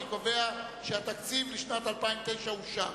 אני קובע שהתקציב לשנת 2009 אושר.